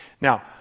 now